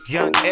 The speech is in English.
Young